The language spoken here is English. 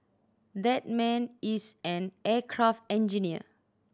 that man is an aircraft engineer